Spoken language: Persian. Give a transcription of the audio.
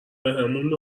بهمون